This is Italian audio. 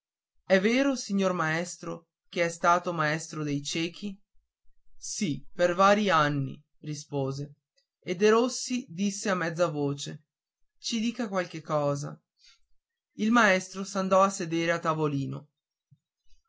è vero signor maestro che è stato maestro dei ciechi sì per vari anni rispose e derossi disse a mezza voce ci dica qualche cosa il maestro s'andò a sedere a tavolino